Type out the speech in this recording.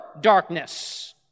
darkness